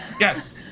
Yes